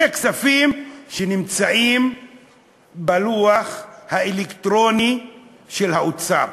זה כספים שנמצאים בלוח האלקטרוני של האוצר.